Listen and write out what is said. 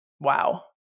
wow